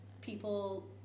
people